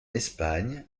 espagne